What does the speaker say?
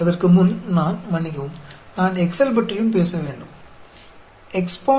அதற்கு முன் நான் மன்னிக்கவும் நான் எக்செல் பற்றியும் பேச வேண்டும்ட்டும்